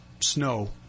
snow